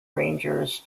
rangers